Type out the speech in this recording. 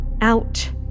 Out